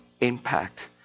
impact